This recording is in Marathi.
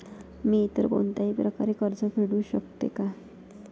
मी इतर कोणत्याही प्रकारे कर्ज फेडू शकते का?